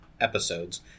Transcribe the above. episodes